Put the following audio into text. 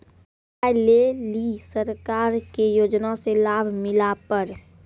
गाय ले ली सरकार के योजना से लाभ मिला पर?